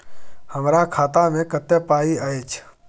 हमरा खाता में कत्ते पाई अएछ?